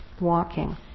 walking